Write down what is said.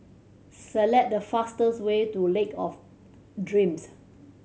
select the fastest way to Lake of Dreams